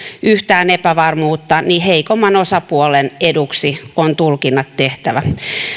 yhtään epävarmuutta niin heikomman osapuolen eduksi on tulkinnat tehtävä